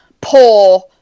poor